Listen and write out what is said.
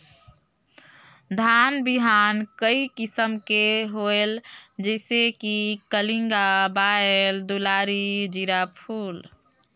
धान बिहान कई किसम के होयल जिसे कि कलिंगा, बाएल दुलारी, जीराफुल?